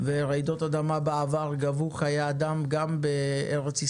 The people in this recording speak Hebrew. ורעידות אדמה בעבר גבו חיי אדם גם בארץ-ישראל.